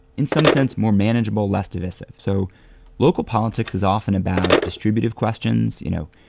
in some sense, more manageable, less divisive. so local politics is often about distributive questions, you know?